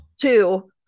two